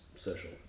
social